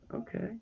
okay